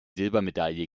silbermedaille